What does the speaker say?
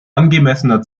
angemessener